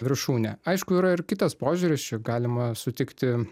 viršūnė aišku yra ir kitas požiūris čia galima sutikti